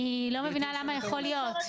אני לא מבינה למה יכול להיות?